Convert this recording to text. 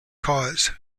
cause